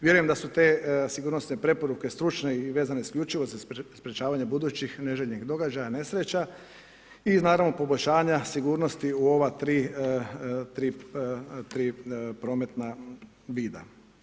Vjerujem da su te sigurnosne preporuke stručne i vezane isključivo za sprječavanje budućih neželjenih događaja, nesreća i naravno poboljšanja sigurnosti u ova 3 prometna vida.